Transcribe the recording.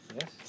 Yes